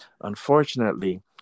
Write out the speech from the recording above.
Unfortunately